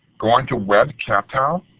go on to web captel,